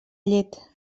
llet